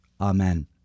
Amen